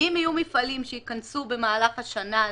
שאם יהיו מפעלים שייכנסו במהלך השנה הזאת,